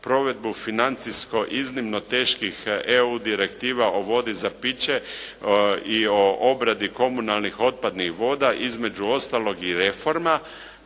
provedbu financijsko iznimno teških EU direktiva o vodi za piće i o obradi komunalnih otpadnih voda između ostalog i reforma,